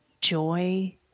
joy